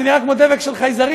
זה נראה כמו דבק של חייזרים,